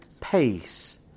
pace